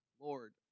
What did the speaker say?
Lord